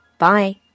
Bye